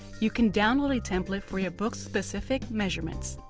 you can download a template for your book's specific measurements.